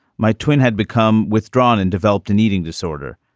my twin had become withdrawn and developed an eating disorder.